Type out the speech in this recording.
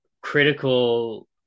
critical